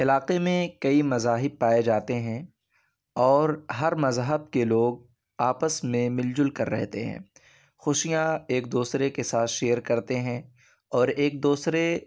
علاقے میں کئی مذاہب پائے جاتے ہیں اور ہر مذہب کے لوگ آپس میں مل جل کر رہتے ہیں خوشیاں ایک دوسرے کے ساتھ شیئر کرتے ہیں اور ایک دوسرے